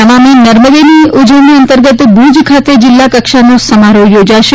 નમામિ નર્મદેની ઉજવણી અંતર્ગત ભૂજ ખાતે જિલ્લાકક્ષાનો સમારોહ યોજાશે